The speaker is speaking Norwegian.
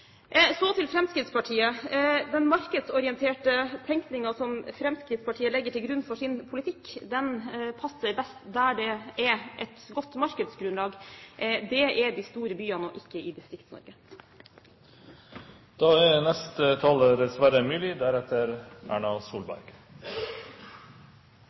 Så til Fremskrittspartiet. Den markedsorienterte tenkningen som Fremskrittspartiet legger til grunn for sin politikk, passer best der det er et godt markedsgrunnlag. Det er i de store byene, ikke i